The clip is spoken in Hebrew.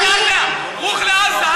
רוחי לעזה,